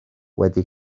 wedi